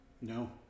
No